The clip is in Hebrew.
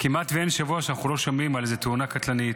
כמעט אין שבוע שאנחנו לא שומעים על איזו תאונה קטלנית,